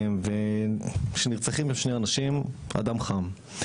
וכנרצחים שני אנשים הדם חם.